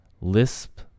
Lisp